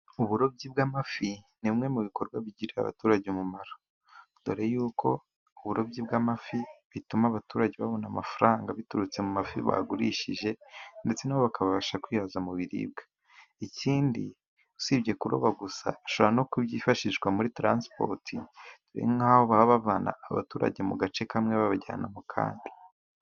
Uburobyi bw'amafi ni bimwe mu bikorwa bigirira abaturage umumaro, dore ko uburobyi bw'amafi butuma abaturage babona amafaranga biturutse mu mafi bagurishije, ndetse na bo bakabasha kwihaza mu biribwa, ikindi usibye kuroba gusa bashobora no kubyifashisha muri taransipoti, hari nkaho baba bavana abaturage mu gace kamwe babajyana mu kandi.